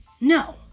No